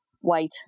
White